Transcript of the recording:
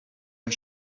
are